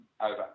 over